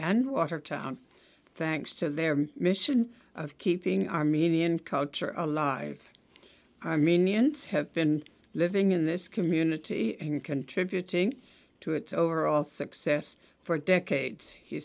and watertown thanks to their mission of keeping armenian culture of alive i mean eons have been living in this community and contributing to its overall success for decades